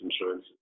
insurance